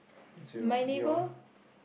and Dion